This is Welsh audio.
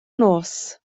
nos